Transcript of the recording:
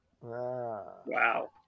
wow